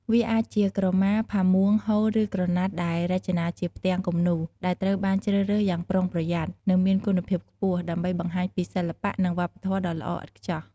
វាអាចជាក្រមា ផាមួង ហូល ឬក្រណាត់ដែលរចនាជាផ្ទាំងគំនូរ ដែលត្រូវបានជ្រើសរើសយ៉ាងប្រុងប្រយ័ត្ន និងមានគុណភាពខ្ពស់ ដើម្បីបង្ហាញពីសិល្បៈ និងវប្បធម៌ដ៏ល្អឥតខ្ចោះ